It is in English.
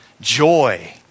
joy